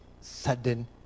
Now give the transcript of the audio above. sudden